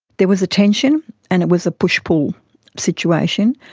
there was a tension and it was a push-pull situation.